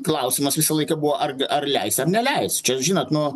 klausimas visą laiką buvo ar ar leis neleis čia žinot nu